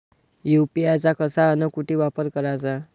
UPI चा कसा अन कुटी वापर कराचा?